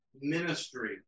ministry